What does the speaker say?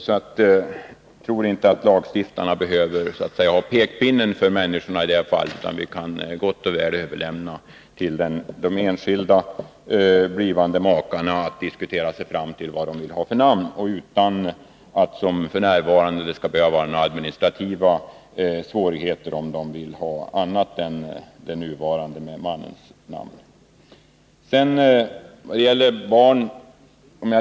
Jag tror inte att lagstiftarna behöver ha en pekpinne för människorna i detta fall, utan vi kan gott och väl överlämna åt de enskilda blivande makarna att diskutera sig fram till vilket namn de vill ha, utan att det som f. n. skall behöva medföra några administrativa svårigheter om de vill ha en annan ordning än den nuvarande med mannens efternamn.